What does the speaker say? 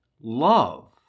Love